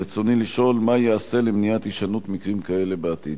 רצוני לשאול: מה ייעשה למניעת הישנות מקרים כאלו בעתיד?